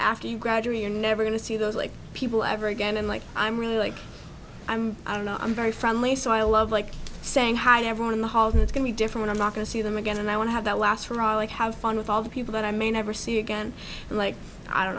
after you graduate you're never going to see those like people ever again and like i'm really like i'm i don't know i'm very friendly so i love like saying hi to everyone in the hall that can be different i'm not going to see them again and i want to have that last for all i have fun with all the people that i may never see again and like i don't